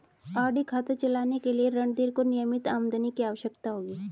RD खाता चलाने के लिए रणधीर को नियमित आमदनी की आवश्यकता होगी